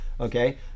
okay